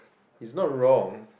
it's not wrong